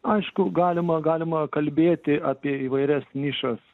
aišku galima galima kalbėti apie įvairias nišas